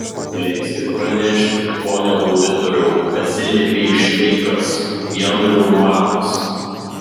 leiskit pranešti pone auditoriau atsiliepė šveikas jam reumatas